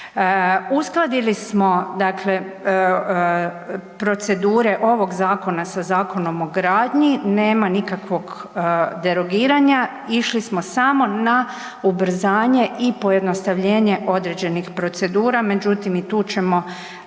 Uskladili smo procedure ovog Zakona sa zakonom o gradnji, nema nikakvog derogiranja, išli smo samo na ubrzanje i pojednostavljenje određenih procedura, međutim i tu ćemo